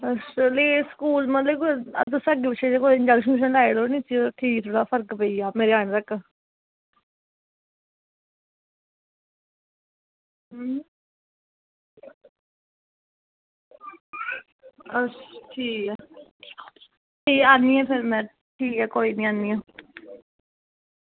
इसलै स्कूल मतलव कि अस अग्गैं पिच्छें तुस इंजैक्शन उंजक्शन लाई ओड़ो नी ओह् ठीक उसी फर्क पेई जा मेरे आनें तक हैं अच्छा ठीक ऐ ठीक ऐ आनीं आं फिर में ठीक ऐ कोई नी आनीं आं